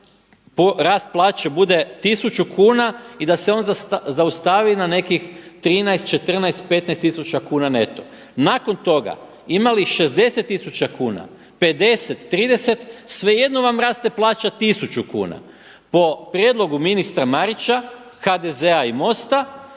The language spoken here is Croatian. taj rast plaće bude tisuću kuna i da se on zaustavi na nekih 13, 14, 15 tisuća kuna neto. Nakon toga imali 60 tisuća kuna, 50, 30, svejedno vam raste plaća 1000 kuna. Po prijedlogu ministra Marića, HDZ-a i MOST-a